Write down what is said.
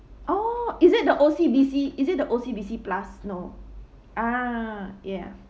oh is it the O_C_B_C is it the O_C_B_C plus no ah ya